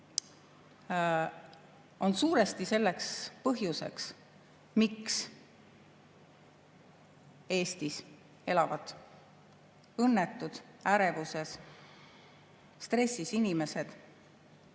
on suuresti see põhjus, miks Eestis elavad õnnetud, ärevuses, stressis inimesed,